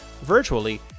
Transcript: virtually